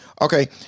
Okay